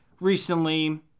recently